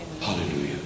Hallelujah